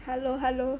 hello hello